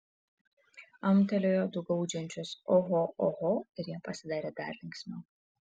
amtelėjo du gaudžiančius oho oho ir jam pasidarė dar linksmiau